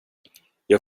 jag